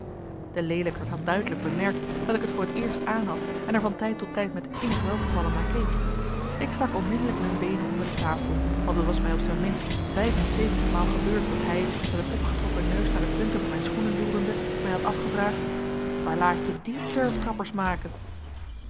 de leelijkert had duidelijk bemerkt dat ik het voor t eerst aanhad en er van tijd tot tijd met innig welgevallen naar keek ik stak onmiddellijk mijn beenen onder de tafel want het was mij op zijn minst vijfenzeventig maal gebeurd dat hij met een opgetrokken neus naar de punten van mijn schoenen loerende mij had afgevraagd waar laat je die turftrappers maken